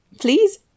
please